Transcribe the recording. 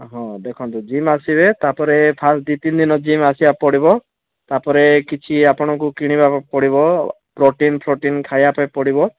ହଁ ଦେଖନ୍ତୁ ଜିମ୍ ଆସିବେ ତା'ପରେ ଫାର୍ଷ୍ଟ ଦୁଇ ତିନି ଦିନ ଜିମ୍ ଆସିବାକୁ ପଡ଼ିବ ତା'ପରେ କିଛି ଆପଣଙ୍କୁ କିଣିବାକୁ ପଡ଼ିବ ପ୍ରୋଟିନ୍ ଫ୍ରୋଟିନ୍ ଖାଇବା ପାଇଁ ପଡ଼ିବ